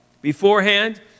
Beforehand